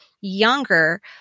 younger